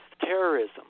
terrorism